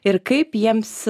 ir kaip jiems